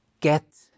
get